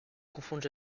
confondu